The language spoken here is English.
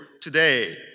today